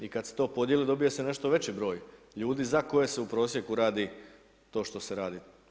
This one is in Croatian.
I kada se to podjeli dobije se nešto veći broj ljudi, za koje se u prosjeku radi to što se radi.